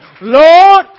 Lord